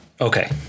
Okay